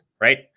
right